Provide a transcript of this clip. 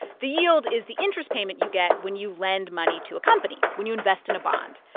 the yield is the interest payment you get when you lend money to a company when you invest in a bond.